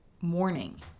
morning